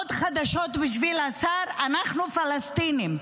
עוד חדשות בשביל השר: אנחנו פלסטינים.